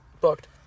booked